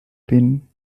been